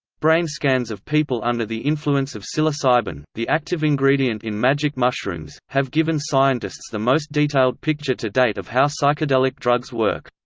brain scans of people under the influence of psilocybin, the active ingredient in magic mushrooms, have given scientists the most detailed picture to date of how psychedelic drugs work.